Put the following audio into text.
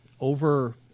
over